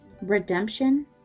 redemption